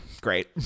Great